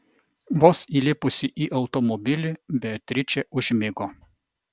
vos įlipusi į automobilį beatričė užmigo